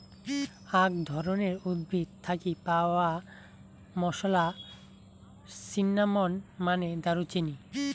আক ধরণের উদ্ভিদ থাকি পাওয়া মশলা, সিন্নামন মানে দারুচিনি